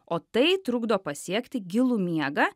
o tai trukdo pasiekti gilų miegą